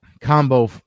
combo